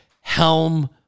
helm